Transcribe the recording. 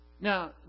Now